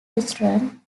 restaurant